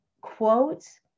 quotes